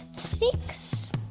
six